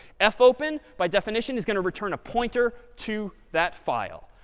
fopen, by definition, is going to return a pointer to that file.